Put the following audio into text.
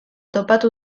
topatu